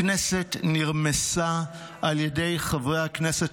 היום הכנסת נרמסה על ידי חברי הכנסת